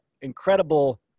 incredible